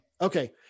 Okay